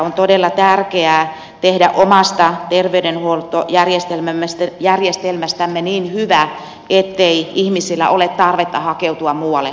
on todella tärkeää tehdä omasta terveydenhuoltojärjestelmästämme niin hyvä ettei ihmisillä ole tarvetta hakeutua muualle hoitoon